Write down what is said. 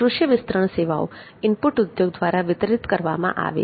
કૃષિ વિસ્તરણ સેવાઓ ઇનપુટ ઉદ્યોગ દ્વારા વિતરિત કરવામાં આવે છે